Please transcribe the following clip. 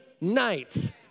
night